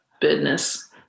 business